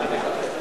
(מדבקת אחריות),